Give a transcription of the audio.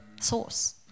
source